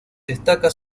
destaca